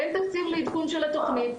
אין תקציב לעדכון של התוכנית,